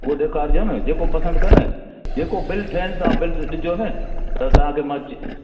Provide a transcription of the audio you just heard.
उओ ॾेखारिजोनि न जेको पसंदि कनि जेको बिल ठहिनि तव्हां बिल ॾिजोनि त तव्हांखे मां